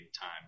time